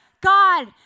God